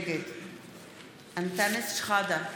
נגד אנטאנס שחאדה,